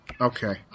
Okay